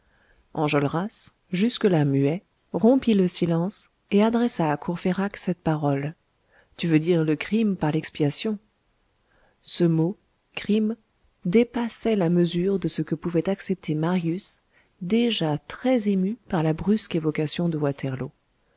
enjolras jusque-là muet rompit le silence et adressa à courfeyrac cette parole tu veux dire le crime par l'expiation ce mot crime dépassait la mesure de ce que pouvait accepter marius déjà très ému par la brusque évocation de waterloo